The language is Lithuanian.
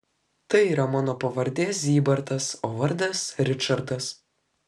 tai yra mano pavardė zybartas o vardas ričardas